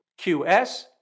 QS